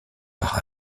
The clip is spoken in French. par